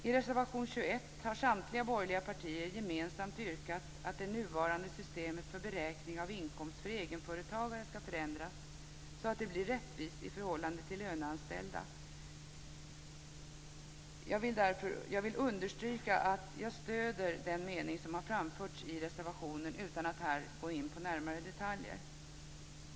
I reservation 22 har samtliga borgerliga partier gemensamt yrkat att det nuvarande systemet för beräkning av inkomst för egenföretagare ska förändas så att det blir rättvist i förhållande till löneanställda. Jag vill understryka att jag stöder den mening som har framförts i reservationen utan att här närmare gå in på detaljer.